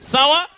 Sawa